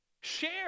Share